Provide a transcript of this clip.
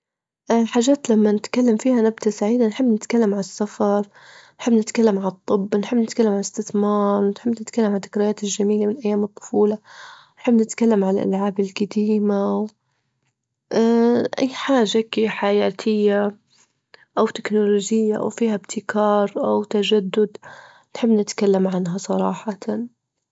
حاجات لما نتكلم فيها نبتة سعيدة نحب نتكلم عن السفر، نحب نتكلم عن الطب، نحب نتكلم عن الإستثمار، نحب نتكلم عن الذكريات الجميلة من أيام الطفولة، ونحب نتكلم عن الألعاب الجديمة أي حاجة هيكي حياتية أو تكنولوجية أو فيها إبتكار أو تجدد نحب نتكلم عنها صراحة.